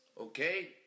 Okay